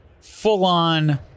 Full-on